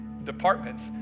Departments